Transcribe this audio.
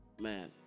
man